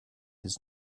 his